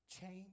change